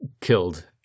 killed